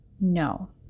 No